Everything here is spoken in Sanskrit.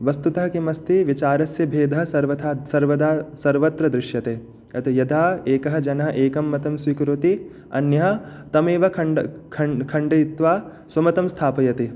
वस्तुतः किमस्ति विचारस्य भेदः सर्वथा सर्वदा सर्वत्र दृश्यते अत यथा एकः जनः एकं मतं स्वीकरोति अन्यः तमेव खण्ड ख खण्डयित्वा स्वमतं स्थापयति